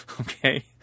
Okay